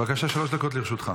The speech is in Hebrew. בבקשה, שלוש דקות לרשותך.